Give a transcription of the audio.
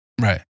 Right